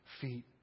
feet